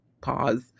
pause